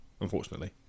Unfortunately